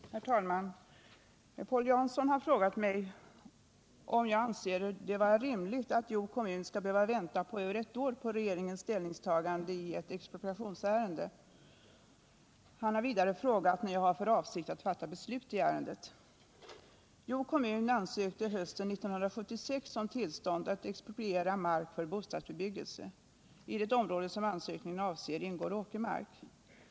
200, och anförde: Herr talman! Paul Jansson har frågat mig om jag anser det vara rimligt att Hjo kommun skall behöva vänta över ett år på regeringens ställningstagande i ett expropriationsärende. Han har vidare frågat när jag har för avsikt att fatta beslut i ärendet. Nr 82 Hjo kommun ansökte hösten 1976 om tillstånd att expropriera mark Torsdagen den för bostadsbebyggelse. I det område som ansökningen avser ingår åker 15 december 1977 mark.